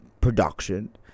production